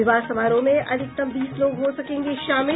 विवाह समारोह में अधिकतम बीस लोग हो सकेंगे शामिल